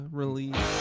release